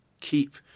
keep